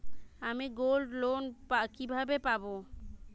আমি গোল্ডলোন কিভাবে পাব?